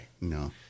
No